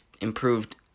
improved